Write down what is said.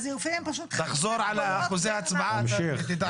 ככל שהאוכלוסייה תהיה